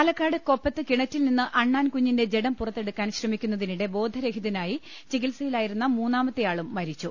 പാലക്കാട് കൊപ്പത്ത് കിണറ്റിൽ നിന്ന് അണ്ണാൻ കുഞ്ഞിന്റെ ജഡം പുറത്തെടുക്കാൻ ശ്രമിക്കുന്നതിനിടെ ബോധരഹിതനായി ചികിത്സയിലായിരുന്ന മൂന്നാമത്തെ ആളും മരിച്ചു